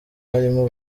harimo